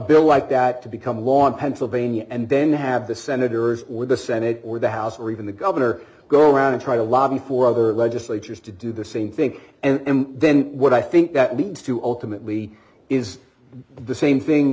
bill like that to become law in pennsylvania and then have the senators or the senate or the house or even the governor go around and try to lobby for other d legislatures to do the same thing and then what i think that leads to ultimately is the same thing